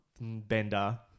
bender